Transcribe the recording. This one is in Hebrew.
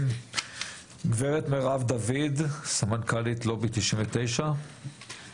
גברת מרב דוד, סמנכ"לית לובי 99, בבקשה.